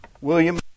William